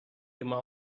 immer